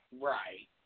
Right